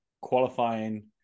qualifying